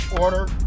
order